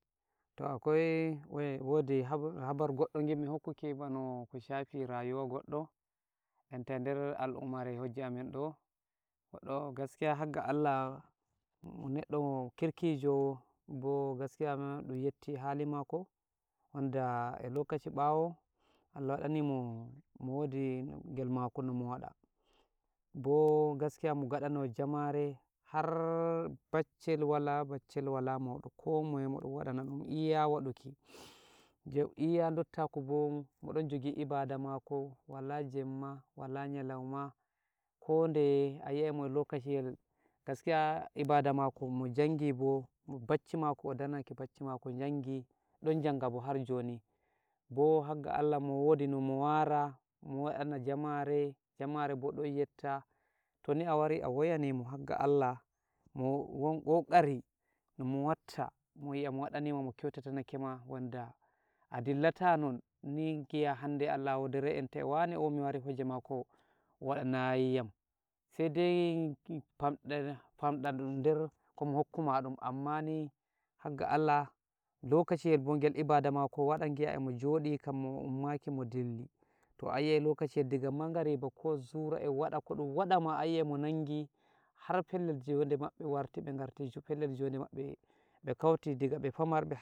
Toh akwai wai, wodi habar-habar goɗɗo ngimmi hokkuki, bano ko shafi rayuwa goɗɗo, enta eder al'ummare, heje amin do'o, goɗɗo'o gaskiya harga Allah, do neɗɗo kirkijo, bo gaskiya ɗum yetti hali mako, wanda e lokashi ɓawo, Allah waɗani mo, mo wodi ngel mako nomo waɗa, bo gaskiya mo gadanowo jamare, har baccel wala baccel, wala mauɗo, ko moye moɗon waɗana ɗum iya waɗuki, iya dottaku bo modon jogi ibada mako, wala jemma, wala nyalouma, ko deye ayi'ai mo e lokashiyel, gaskiya ibada mako, mo jangi bo, bacci mako, o daranake bacci mako bo di jangi, ɗon njanga bo har joni, bo hagga Allah mo wodi nomo wara, mo waɗana jamare, jamare bo ɗon yetta, toni a wari awoyanimo, hagga Allah, mo won kokari no mo watta mo yi'a mo waɗanima, mo kyautata nakema. wanda a dillata non ngi'a hande Allah woderei enta e wane o, mi wari heje mako o waɗanayiyam, sai dai panɗa-ɗanda der ɗummo hokku muɗum, ammani hagga Allah, lokashiyel bo ngel ibada mako waɗa, ngiya emo njoɗi kammo ummaki mo dilli, to ayi'ai diga lokashiyel daga magariba, ko zura e waɗa koɗun waɗama ayi'ai mo nangi, har pellel jode maɓɓe warti be ngarti pellel jode maɓɓe, be kauti diga be famarbe.